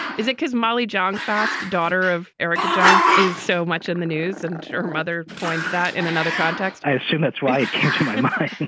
is it because molly john fast, daughter of erica jong, is so much in the news and her mother coined that in another context? i assume that's why it came to mind mind